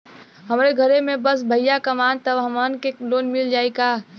हमरे घर में बस भईया कमान तब हमहन के लोन मिल जाई का?